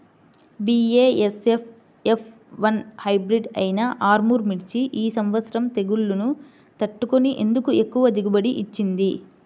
BASF F one hybrid అయినా ఆర్ముర్ మిర్చి ఈ సంవత్సరం తెగుళ్లును తట్టుకొని ఎందుకు ఎక్కువ దిగుబడి ఇచ్చింది?